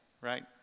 right